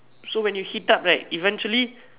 so when you heat up right eventually